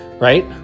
right